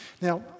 now